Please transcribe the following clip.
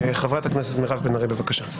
חברת הכנסת מירב בן ארי, בבקשה.